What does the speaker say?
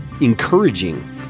encouraging